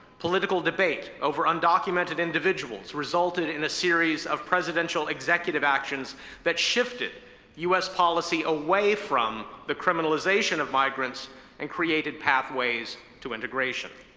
political debate over undocumented individuals resulted in a series of presidential executive actions that shifted us policy away from the criminalization of migrants and created pathways to integration.